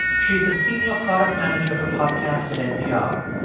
she's the senior product manager for podcasts at npr,